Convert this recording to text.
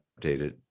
updated